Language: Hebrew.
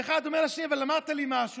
ואחר אומר לשני: אבל אמרת לי משהו.